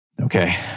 Okay